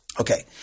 Okay